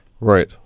Right